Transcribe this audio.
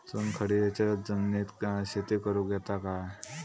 चुनखडीयेच्या जमिनीत शेती करुक येता काय?